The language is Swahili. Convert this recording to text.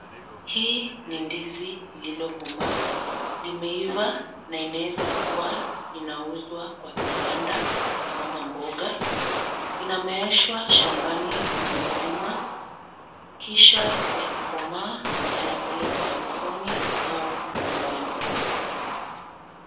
Hii ni ndizi lililokomaa, limeiva na inaweza kuwa inauzwa kwa kibanda na mama mboga. Inameeshwa shambani na mkulima, kisha yakikomaa yanapelekwa sokoni au nyumbani.